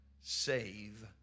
save